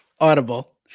audible